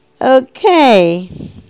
Okay